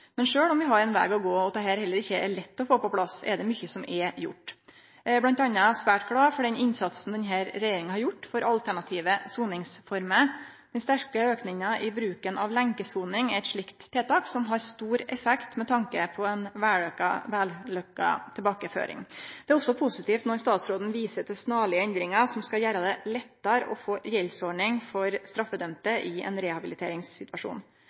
Men sjølv om vi har ein veg å gå, og at dette heller ikkje er lett å få på plass, er det mykje som er gjort. Eg er bl.a. svært glad for den innsatsen denne regjeringa har gjort for alternative soningsformer. Den sterke auken i bruken av lenkesoning er eit slikt tiltak, som har stor effekt med tanke på ei vellukka tilbakeføring. Det er også positivt når statsråden viser til snarlege endringar som skal gjere det lettare å få gjeldsordning for straffedømde i ein rehabiliteringssituasjon.